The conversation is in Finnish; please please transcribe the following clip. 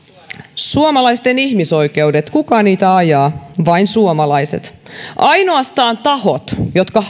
suomalaisten ihmisoikeudet kuka niitä ajaa vain suomalaiset ainoastaan tahot jotka